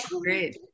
great